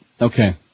Okay